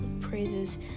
praises